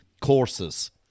courses